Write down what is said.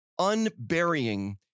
unburying